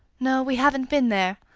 no we haven't been there.